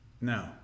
No